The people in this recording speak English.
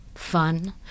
fun